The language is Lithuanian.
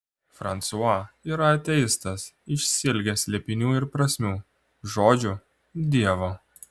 fransua yra ateistas išsiilgęs slėpinių ir prasmių žodžiu dievo